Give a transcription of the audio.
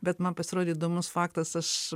bet man pasirodė įdomus faktas aš